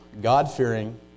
God-fearing